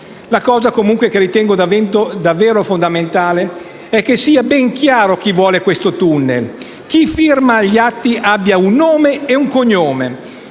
La cosa che ritengo davvero fondamentale è che sia ben chiaro chi vuole questo tunnel: chi firma gli atti abbia un nome e cognome,